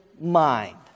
mind